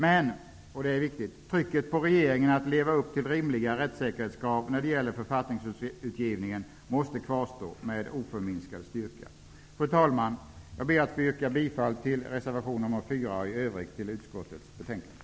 Men trycket på regeringen att leva upp till rimliga rättssäkerhetskrav när det gäller författningsutgivningen måste kvarstå med oförminskad styrka. Det är viktigt. Fru talman! Jag yrkar bifall till reservation 4 och i övrigt till utskottets betänkande.